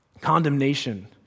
condemnation